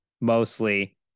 mostly